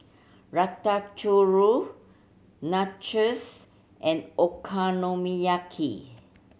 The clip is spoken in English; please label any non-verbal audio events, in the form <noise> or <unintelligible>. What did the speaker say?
<unintelligible> Nachos and Okonomiyaki